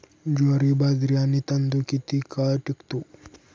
ज्वारी, बाजरी आणि तांदूळ किती काळ टिकतो?